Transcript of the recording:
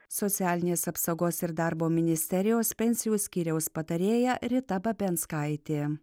socialinės apsaugos ir darbo ministerijos pensijų skyriaus patarėja rita babianskaitė